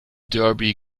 derby